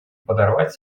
подорвать